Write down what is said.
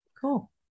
cool